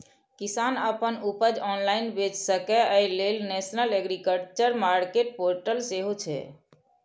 किसान अपन उपज ऑनलाइन बेच सकै, अय लेल नेशनल एग्रीकल्चर मार्केट पोर्टल सेहो छै